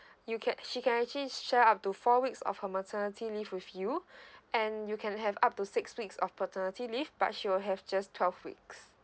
she can actually share up to four weeks of her maternity leave with you and you can have up to six weeks of paternity leave but she will have just twelve weeks